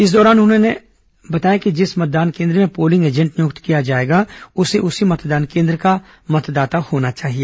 इस दौरान उन्होंने बताया कि जिस मतदान केन्द्र में पोलिंग एजेंट नियुक्त किया जाएगा उसे उसी मतदान केन्द्र का मतदाता होना चाहिए